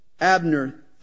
Abner